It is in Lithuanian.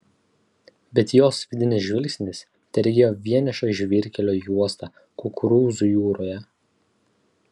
bet jos vidinis žvilgsnis teregėjo vienišą žvyrkelio juostą kukurūzų jūroje